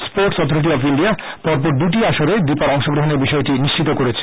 sports authority of India পরপর দুটি আসরে দীপার অংশ গ্রহনের বিষয়টি নিশ্চিত করেছে